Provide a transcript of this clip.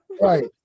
Right